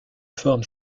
forme